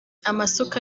amasuka